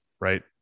right